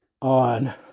on